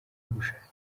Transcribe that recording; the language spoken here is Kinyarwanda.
gushaka